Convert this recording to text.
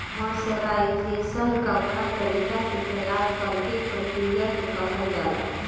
mercerisation कपड़ा तरीका से तैयार करेके प्रक्रिया के कहल जाला